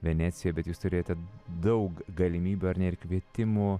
venecijoj bet jūs turėjote daug galimybių ar ne ir kvietimų